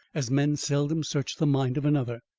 as men seldom search the mind of another.